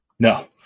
No